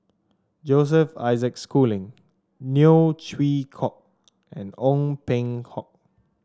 Joseph Isaac Schooling Neo Chwee Kok and Ong Peng Hock